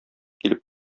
килеп